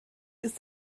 ist